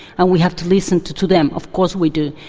and we have to listen to to them, of course we do.